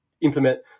implement